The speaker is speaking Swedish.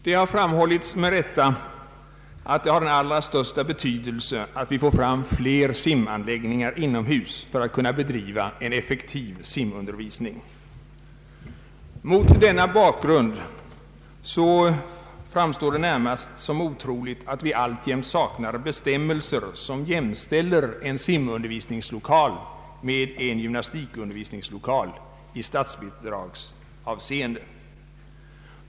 Det har framhållits, med rätta, att det har den allra största betydelse att vi får fram fler simanläggningar inomhus för att kunna bedriva en effektiv simundervisning. Bl.a. mot denna bakgrund framstår det närmast som oförklarligt att vi alltjämt saknar bestämmelser som jämställer en simundervisningslokal med en gymnastiklokal i statsbidragsavseende.